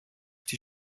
die